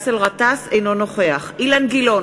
אינו נוכח אילן גילאון,